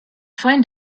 find